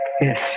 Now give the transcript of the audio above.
yes